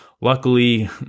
Luckily